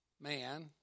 man